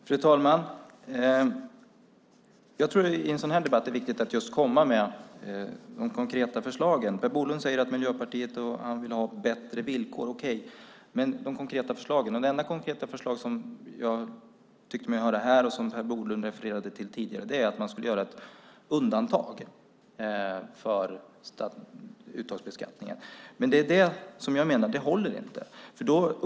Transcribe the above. Fru talman! Jag tror att det i en sådan här debatt är viktigt att komma med konkreta förslag. Per Bolund säger att han och Miljöpartiet vill ha bättre villkor. Okej, men det enda konkreta förslag jag tycker mig höra här, och som Per Bolund refererat till tidigare, är att man ska göra ett undantag för uttagsbeskattningen. Jag menar att det inte håller.